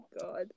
god